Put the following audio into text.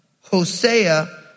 Hosea